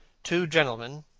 two gentlemen,